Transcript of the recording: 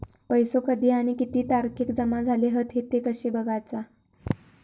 पैसो कधी आणि किती तारखेक जमा झाले हत ते कशे बगायचा?